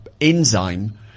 enzyme